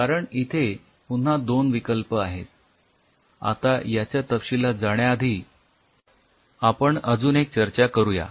कारण इथे पुन्हा दोन विकल्प आहेत आता याच्या तपशिलात जाण्याआधी आपण अजून एक चर्चा करूया